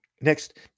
Next